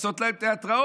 לעשות להם תיאטראות,